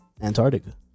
Antarctica